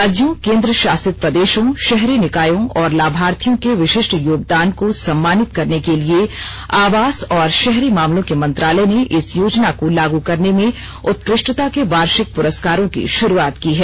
राज्यों केन्द्र शासित प्रदेशों शहरी निकायों और लाभार्थियों के विशिष्ट योगदान को सम्मानित करने के लिए आवास और शहरी मामलों के मंत्रालय ने इस योजना को लागू करने में उत्कृष्टता के वार्षिक पुरस्कारों की शुरूआत की है